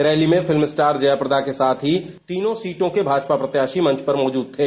rally में film star Jaya Prada के साथ ही तीनों सीटों के भाजपा प्रत्याशी मंच पर मौजूद थे